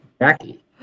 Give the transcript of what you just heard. Jackie